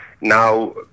Now